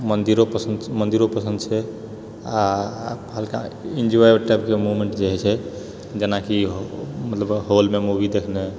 मन्दिरो पसन्द मन्दिरो पसन्द छै आ हल्का एन्जॉय टाइपके मोमेंट जे होइत छै जेनाकि मतलब हॉलमे मूवी देखनाइ